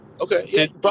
Okay